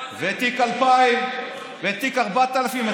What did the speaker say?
ותיק 2000 ותיק 4000,